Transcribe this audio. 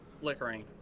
flickering